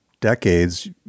decades